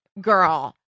girl